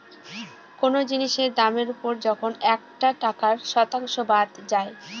কোনো জিনিসের দামের ওপর যখন একটা টাকার শতাংশ বাদ যায়